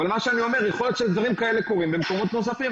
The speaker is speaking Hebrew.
אבל מה שאני אומר הוא שיכול להיות שדברים כאלה קורים במקומות נוספים.